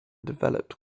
developed